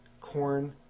corn